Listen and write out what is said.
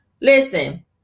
Listen